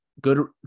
good